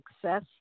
success